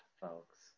folks